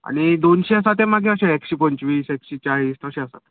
आनी दोनशे आसा ते मागी अशे एकशेंपंचवीस एकशेंचाळीस तशे आसात